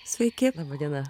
sveiki laba diena